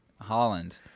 Holland